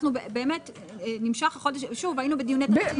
אנחנו באמת, נמשך החודש, שוב, היינו בדיוני תקציב.